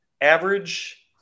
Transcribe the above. average